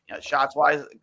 shots-wise